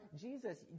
Jesus